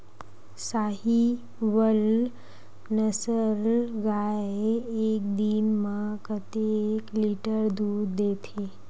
साहीवल नस्ल गाय एक दिन म कतेक लीटर दूध देथे?